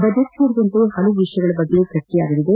budget ಸೇರಿದಂತೆ ಹಲವು ವಿಷಯಗಳ ಬಗ್ಗೆ ಚರ್ಚೆಯಾಗಲಿದೆ